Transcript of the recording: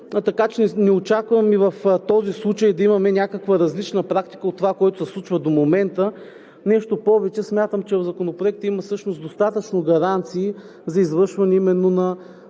така че не очакваме в този случай да имаме някаква различна практика от онова, което се случва до момента. Нещо повече, смятам, че в Закона всъщност има достатъчно гаранции за извършване